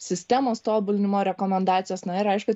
sistemos tobulinimo rekomendacijos na ir aišku